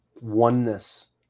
oneness